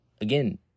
again